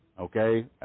okay